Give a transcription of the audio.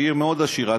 שהיא עיר מאוד עשירה,